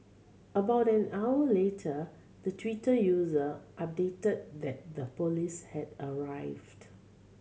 about an hour later the Twitter user updated that the police had arrived